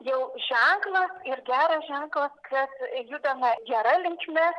jau ženklas ir geras ženklas kad judama gera linkme